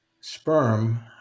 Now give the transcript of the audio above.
sperm